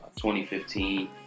2015